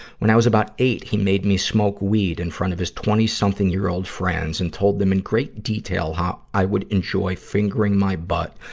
when i was about eight, he made me smoke weed in front of his twenty something year old friends, and told them in great detail how i would enjoy fingering my butt,